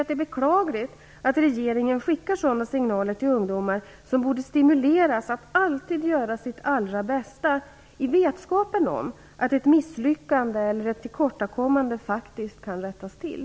Det är beklagligt att regeringen skickar sådana signaler till ungdomar, som borde stimuleras att alltid göra sitt allra bästa, i vetskapen om att ett misslyckande eller ett tillkortakommande faktiskt kan rättas till.